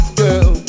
girl